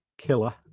killer